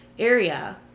area